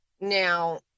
now